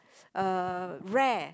uh rare